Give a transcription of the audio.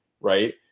right